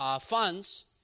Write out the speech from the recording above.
funds